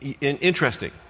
interesting